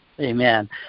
Amen